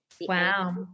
Wow